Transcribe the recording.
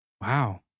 Wow